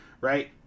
right